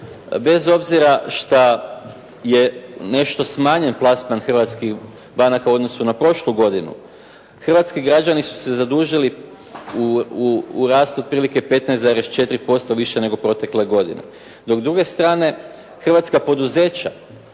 Bez obzira što je nešto smanjen plasman hrvatskih banaka u odnosu na prošlu godinu, hrvatski građani su se zadužili u rastu otprilike 15,4% više nego protekle godine. Dok s druge strane hrvatska poduzeća